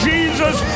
Jesus